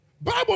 Bible